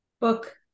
book